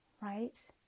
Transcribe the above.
right